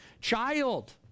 child